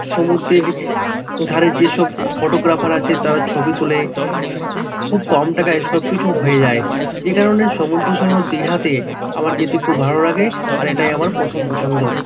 সমুদ্রের ধারে যেসব ফটোগ্রাফার আছে তারা ছবি তোলে খুব কম টাকায় সবকিছু হয়ে যায় যে কারণে সমুদ্র সৈকত দীঘাতে আমার যেতে খুব ভালো লাগে আর এটাই আমার প্রথম পছন্দ